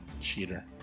cheater